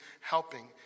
helping